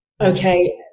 okay